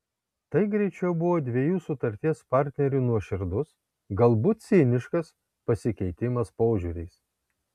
tai greičiau buvo dviejų sutarties partnerių nuoširdus galbūt ciniškas pasikeitimas požiūriais